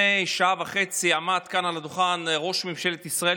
לפני שעה וחצי עמד כאן על הדוכן ראש ממשלת ישראל